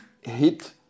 hit